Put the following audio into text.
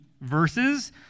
verses